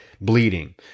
bleeding